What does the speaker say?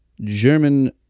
German